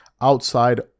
outside